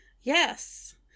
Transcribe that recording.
Yes